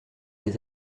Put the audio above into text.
les